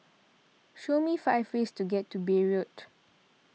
show me five ways to get to Beirut